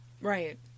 Right